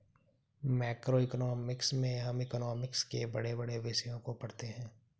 macroeconomics में हम economics के बड़े बड़े विषयों को पढ़ते हैं